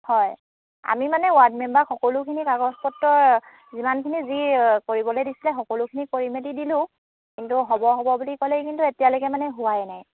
হয় আমি মানে ৱাৰ্ড মেম্বাৰক সকলোখিনি কাগজ পত্ৰ যিমানখিনি যি কৰিবলৈ দিছিলে সকলোখিনি কৰি মেলি দি দিলোঁ কিন্তু হ'ব হ'ব বুলি ক'লেই কিন্তু এতিয়ালৈকে মানে হোৱাই নাই